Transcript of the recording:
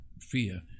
fear